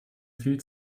viel